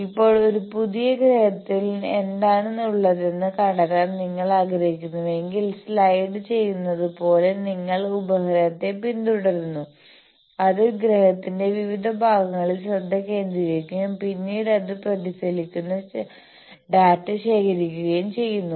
ഇപ്പോൾ ഒരു പുതിയ ഗ്രഹത്തിൽ എന്താണ് ഉള്ളതെന്ന് കണ്ടെത്താൻ നിങ്ങൾ ആഗ്രഹിക്കുന്നുവെങ്കിൽ സ്ലൈഡ് ചെയ്യുന്നത് പോലെ നിങ്ങൾ ഉപഗ്രഹത്തെ പിന്തുടരുന്നു അത് ഗ്രഹത്തിന്റെ വിവിധ ഭാഗങ്ങളിൽ ശ്രദ്ധ കേന്ദ്രീകരിക്കുകയും പിന്നീട് അത് പ്രതിഫലിക്കുന്ന ഡാറ്റ ശേഖരിക്കുകയും ചെയ്യുന്നു